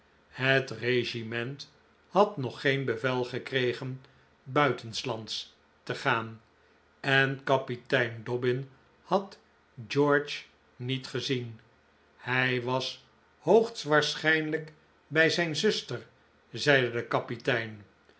het regiment had nog geen bevel gekregen buitenslands te gaan en kapitein dobbin had george niet gezien hij was hoogstwaarschijnlijk bij zijn zuster zeide de kapitein